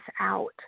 out